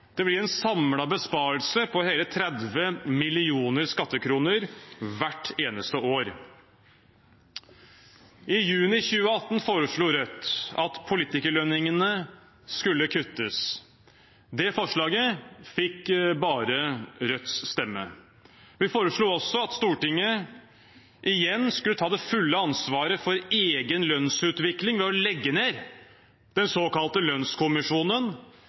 Det blir en samlet besparelse på hele 30 millioner skattekroner hvert eneste år. I juni 2018 foreslo Rødt at politikerlønningene skulle kuttes. Det forslaget fikk bare Rødts stemme. Vi foreslo også at Stortinget igjen skulle ta det fulle ansvaret for egen lønnsutvikling ved å legge ned den såkalte lønnskommisjonen.